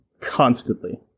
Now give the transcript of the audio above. constantly